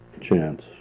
chance